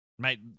mate